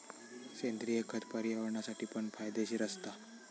सेंद्रिय खत पर्यावरणासाठी पण फायदेशीर असता